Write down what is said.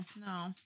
no